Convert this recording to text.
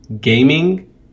gaming